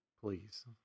Please